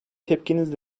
tepkiniz